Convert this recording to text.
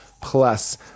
plus